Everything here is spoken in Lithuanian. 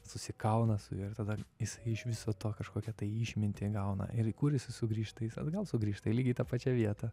susikauna su juo ir tada jisai iš viso to kažkokią tai išmintį gauna ir kur jis sugrįžta atgal sugrįžta į lygiai tą pačią vietą